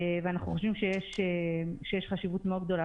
אנחנו חושבים שיש חשיבות מאוד גדולה